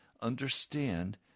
understand